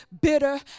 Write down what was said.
bitter